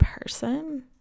person